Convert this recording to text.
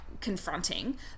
confronting